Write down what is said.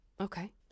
Okay